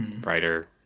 writer